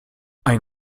ein